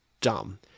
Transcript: dumb